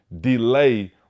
delay